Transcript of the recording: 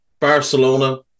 Barcelona